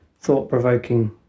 thought-provoking